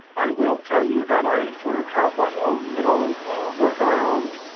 i will tell you that i sort of have my own little workaround